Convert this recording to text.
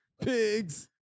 Pigs